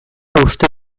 uste